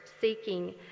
seeking